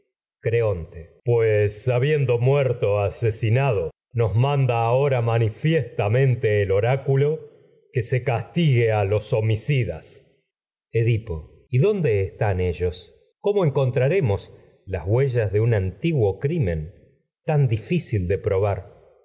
vi creonte pues manda ahora habiendo muerto asesinado que nos manifiestamente el oráculo se casti gue a los homicidas edipo las dónde de un están ellos cómo encontraremos huellas antiguo crimen tan difícil de probar